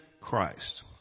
Christ